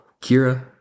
Kira